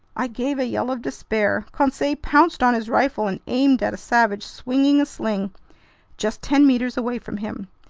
i gave a yell of despair! conseil pounced on his rifle and aimed at a savage swinging a sling just ten meters away from him.